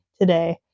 today